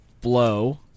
Blow